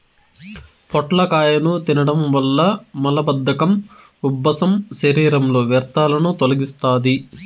పొట్లకాయను తినడం వల్ల మలబద్ధకం, ఉబ్బసం, శరీరంలో వ్యర్థాలను తొలగిస్తాది